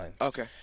Okay